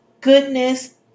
goodness